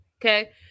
Okay